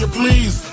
please